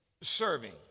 serving